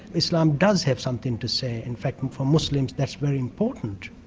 islam does have something to say, in fact for muslims that's very important.